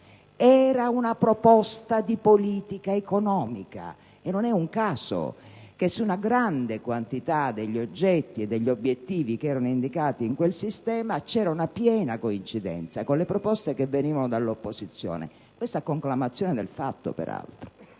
erano una proposta di politica economica. E non è un caso che su una grande quantità degli oggetti e degli obiettivi indicati in quel sistema c'era una piena coincidenza con le proposte che venivano dall'opposizione. Questa, peraltro,